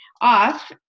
off